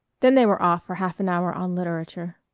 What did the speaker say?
then they were off for half an hour on literature.